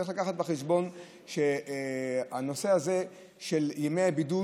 צריך להביא בחשבון שהנושא הזה של ימי בידוד